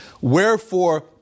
Wherefore